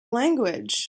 language